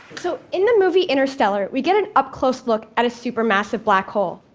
so in the movie interstellar, we get an up-close look at a supermassive black hole.